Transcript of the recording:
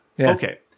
Okay